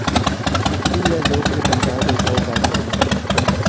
कुकरी ला रोग ले बचाए बर का उपाय करना ये?